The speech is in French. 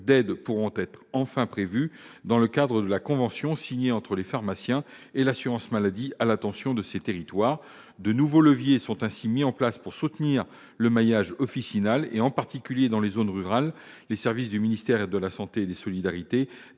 d'aides pourront être enfin prévues dans le cadre de la convention signée entre les pharmaciens et l'assurance maladie à l'intention de ces territoires. De nouveaux leviers sont ainsi mis en place pour soutenir le maillage officinal, en particulier dans les zones rurales. Les services du ministère des solidarités